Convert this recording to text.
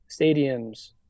stadiums